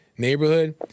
neighborhood